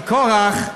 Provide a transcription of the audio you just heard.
כי קורח,